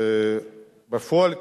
בפועל,